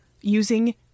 Using